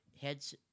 heads